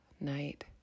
night